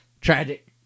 tragic